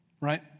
right